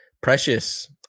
Precious